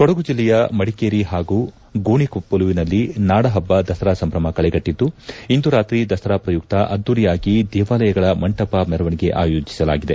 ಕೊಡಗು ಜಿಲ್ಲೆಯ ಮಡಿಕೇರಿ ಪಾಗೂ ಗೋಣಿಕೊಪ್ಪಲುವಿನಲ್ಲಿ ನಾಡ ಪಬ್ಪ ದಸರಾ ಸಂಭಮ ಕಳೆಗಟ್ಟಿದ್ದು ಇಂದು ರಾತ್ರಿ ದಸರಾ ಪ್ರಯುಕ್ತ ಅದ್ಧೂರಿಯಾಗಿ ದೇವಾಲಯಗಳ ಮಂಟಪ ಮೆರವಣಿಗೆ ಆಯೋಜಿಸಲಾಗಿದೆ